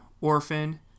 orphan